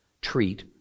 treat